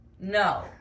No